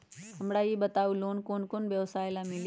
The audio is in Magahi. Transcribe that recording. हमरा ई बताऊ लोन कौन कौन व्यवसाय ला मिली?